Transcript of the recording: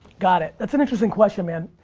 got it, that's an interesting question, man.